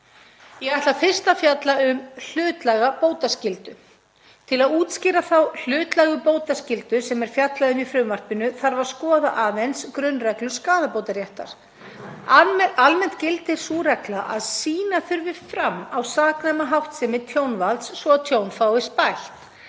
Ég ætla fyrst að fjalla um hlutlæga bótaskyldu. Til að útskýra þá hlutlægu bótaskyldu sem er fjallað um í frumvarpinu þarf að skoða aðeins grunnreglur skaðabótaréttar. Almennt gildir sú regla að sýna þurfi fram á saknæma háttsemi tjónvalds svo að tjón fáist